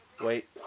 Wait